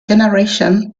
generation